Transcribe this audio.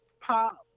pop